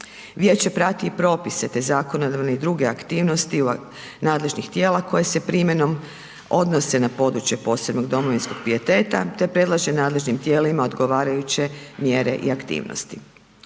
Vijeće prati i propise te zakonodavne i druge aktivnosti nadležnih tijela koje se primjenom odnose na područje posebnog domovinskog pijeteta te predlaže nadležnim tijelima odgovarajuće mjere i aktivnosti.